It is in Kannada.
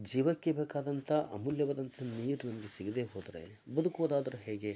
ಜೀವಕ್ಕೆ ಬೇಕಾದಂಥ ಅಮೂಲ್ಯವಾದಂಥ ನೀರೊಂದು ಸಿಗದೆ ಹೋದರೆ ಬದುಕುವುದಾದರೂ ಹೇಗೆ